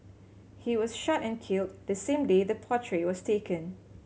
he was shot and killed the same day the portrait was taken